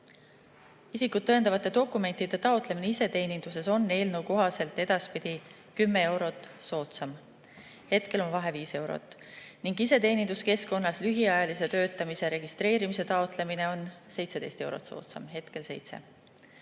Isikut tõendavate dokumentide taotlemine iseteeninduses on eelnõu kohaselt edaspidi 10 eurot soodsam. Hetkel on vahe 5 eurot. Iseteeninduskeskkonnas lühiajalise töötamise registreerimise taotlemine on eelnõu kohaselt